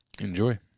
enjoy